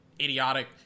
idiotic